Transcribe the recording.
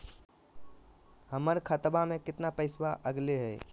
हमर खतवा में कितना पैसवा अगले हई?